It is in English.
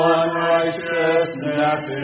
unrighteousness